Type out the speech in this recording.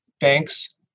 banks